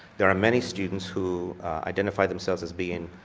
there are many students who identify themselves as being